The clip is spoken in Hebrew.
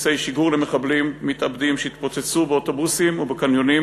בסיסי שיגור של מחבלים מתאבדים שהתפוצצו באוטובוסים ובקניונים